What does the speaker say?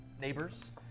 neighbors